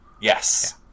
yes